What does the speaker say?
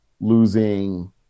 losing